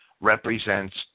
represents